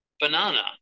banana